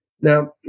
Now